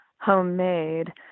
homemade